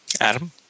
Adam